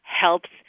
helps